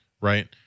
right